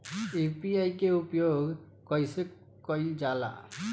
UPI के उपयोग कइसे कइल जाला?